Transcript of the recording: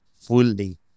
fully